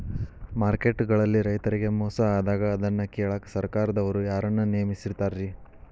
Market ಗಳಲ್ಲಿ ರೈತರಿಗೆ ಮೋಸ ಆದಾಗ ಅದನ್ನ ಕೇಳಾಕ್ ಸರಕಾರದವರು ಯಾರನ್ನಾ ನೇಮಿಸಿರ್ತಾರಿ?